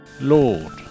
Lord